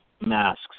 masks